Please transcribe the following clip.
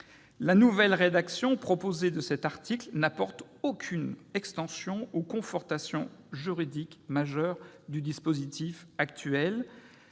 La nouvelle rédaction proposée pour cet article n'apporte aucune extension ou confortation juridique majeure au dispositif actuel.